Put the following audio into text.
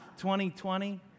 2020